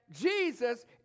Jesus